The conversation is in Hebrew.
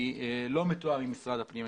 אני לא מתואם עם משרד הפנים.